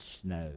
snow